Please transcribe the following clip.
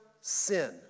sin